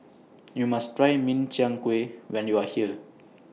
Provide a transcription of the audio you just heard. YOU must Try Min Chiang Kueh when YOU Are here